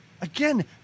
again